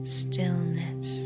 stillness